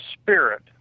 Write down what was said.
spirit